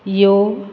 ह्यो